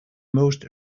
most